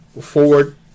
forward